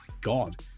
god